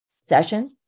session